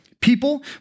people